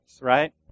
right